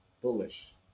bullish